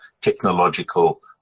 technological